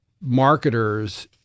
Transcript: marketers